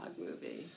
movie